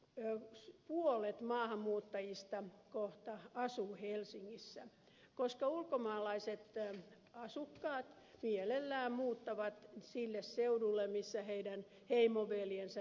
kohta puolet maahanmuuttajista asuu helsingissä koska ulkomaalaiset asukkaat mielellään muuttavat sille seudulle missä heidän heimoveljensä jo asuvat